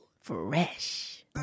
Fresh